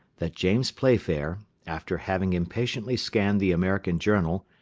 that james playfair, after having impatiently scanned the american journal,